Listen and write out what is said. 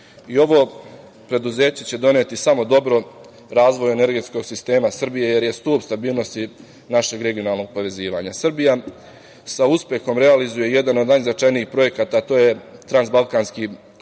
Ovo preduzeće će doneti samo dobro razvoju energetskog sistema Srbije, jer je stub stabilnosti našeg regionalnog povezivanja. Srbija sa uspehom realizuje jedan od najznačajnijih projekata Transbalkanski koridor